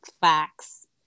facts